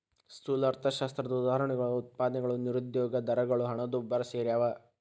ಸ್ಥೂಲ ಅರ್ಥಶಾಸ್ತ್ರದ ಉದಾಹರಣೆಯೊಳಗ ಉತ್ಪಾದನೆಗಳು ನಿರುದ್ಯೋಗ ದರಗಳು ಹಣದುಬ್ಬರ ಸೆರ್ಯಾವ